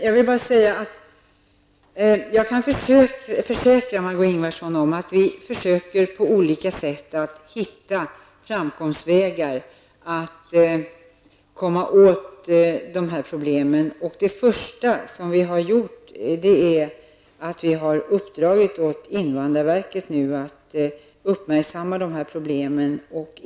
Jag kan försäkra Margó Ingvardsson att vi på olika sätt försöker att hitta framkomstvägar för att lösa det här problemet. Det första vi har gjort är att vi har uppdragit åt invandrarverket att uppmärksamma problemet.